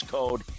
code